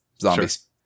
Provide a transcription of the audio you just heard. zombies